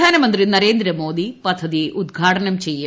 പ്രധാനമന്ത്രി നരേന്ദ്രമോദി പദ്ധതി ഉദ്ഘാടനം ചെയ്യും